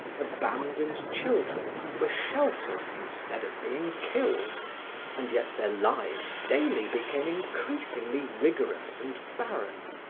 abandoned children were sheltered instead of being killed and yet their lives daily became increasingly rigorous and barren!